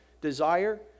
desire